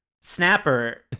snapper